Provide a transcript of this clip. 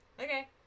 Okay